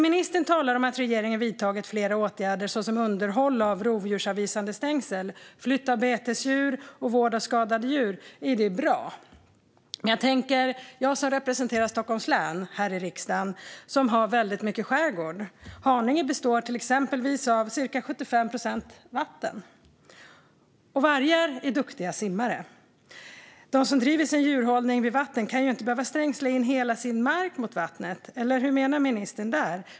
Ministern talar om att regeringen har vidtagit flera åtgärder såsom underhåll av rovdjursavvisande stängsel, flytt av betesdjur och vård av skadade djur, och det är ju bra. Men jag representerar Stockholms län här i riksdagen, och Stockholms län har väldigt mycket skärgård. Haninge består exempelvis till cirka 75 procent av vatten, och vargar är duktiga simmare. De som driver sin djurhållning vid vatten kan ju inte behöva stängsla in hela sin mark mot vattnet, eller hur menar ministern?